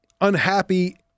unhappy